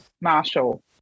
Marshall